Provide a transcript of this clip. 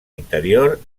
interior